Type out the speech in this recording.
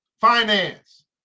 Finance